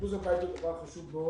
אשפוז הבית הוא דבר חשוב מאוד,